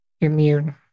immune